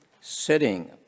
sitting